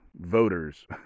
voters